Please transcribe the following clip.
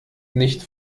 nicht